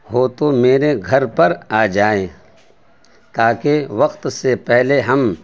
ہو تو میرے گھر پر آ جائیں تاکہ وقت سے پہلے ہم